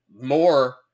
more